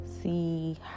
see